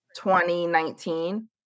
2019